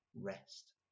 rest